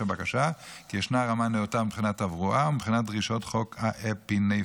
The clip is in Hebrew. הבקשה כי ישנה רמה נאותה מבחינת תברואה ומבחינת דרישות חוק האפינפרין,